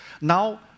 Now